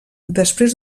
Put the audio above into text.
després